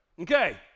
Okay